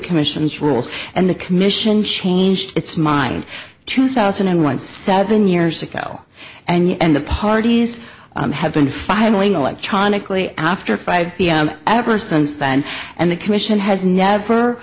commission's rules and the commission changed its mind two thousand and one seven years ago and the parties have been filing electronically after five ever since then and the commission has never